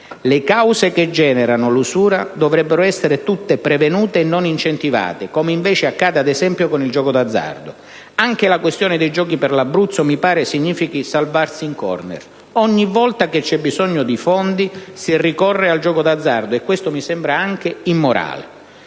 «Le cause che generano l'usura dovrebbero essere tutte prevenute e non incentivate, come invece accade ad esempio con il gioco d'azzardo. (...) Anche la questione dei giochi per l'Abruzzo mi pare significhi salvarsi in *corner*. Ogni volta che c'è bisogno di fondi, si ricorre al gioco d'azzardo e questo mi sembra anche immorale.